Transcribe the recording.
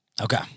Okay